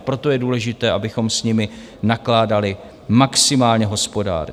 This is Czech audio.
Proto je důležité, abychom s nimi nakládali maximálně hospodárně.